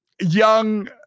young